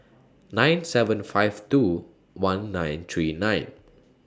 nine seven five two one nine three nine